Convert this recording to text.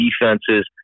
defenses